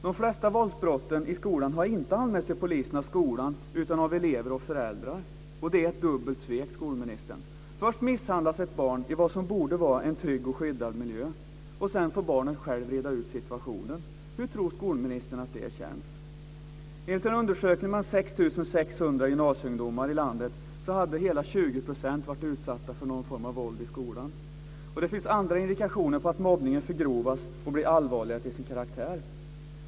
De flesta våldsbrotten i skolan har inte anmälts till polisen av skolan, utan av elever och föräldrar. Det är ett dubbelt svek, skolministern. Först misshandlas ett barn i vad som borde vara en trygg och skyddad miljö, och sedan får barnet själv reda ut situationen. Hur tror skolministern att det känns? Enligt en undersökning bland 6 600 gymnasieungdomar i landet hade hela 20 % varit utsatta för någon form av våld i skolan. Det finns andra indikationer på att mobbningen förgrovas och blir allvarligare till sin karaktär.